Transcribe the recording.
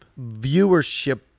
viewership